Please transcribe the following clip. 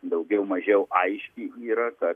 daugiau mažiau aiški yra kad